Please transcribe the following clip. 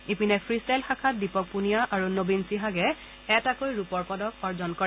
ইপিনে ফ্ৰিষ্টাইল শাখাত দীপক পুনীয়া আৰু নবীন ছিহাগে এটাকৈ ৰূপৰ পদক অৰ্জন কৰে